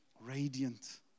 radiant